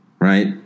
right